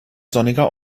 sonniger